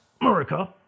America